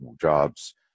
jobs